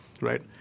right